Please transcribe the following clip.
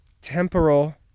temporal